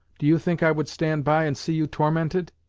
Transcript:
do you think i would stand by and see you tormented?